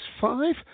five